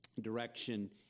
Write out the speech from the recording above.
direction